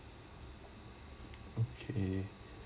okay